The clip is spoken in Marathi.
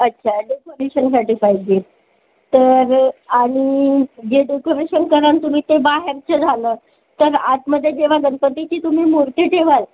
अच्छा डेकोरेशनसाठी पाहिजे तर आणि जे डेकोरेशन कराल तुम्ही ते बाहेरचं झालं तर आतमध्ये जेव्हा गणपतीची तुम्ही मूर्ती ठेवाल